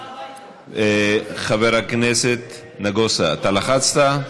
חבר הכנסת נגוסה, אתה לחצת?